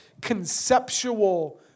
conceptual